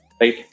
Right